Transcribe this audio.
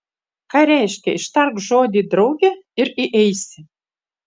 ką reiškia ištark žodį drauge ir įeisi